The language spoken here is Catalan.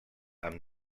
amb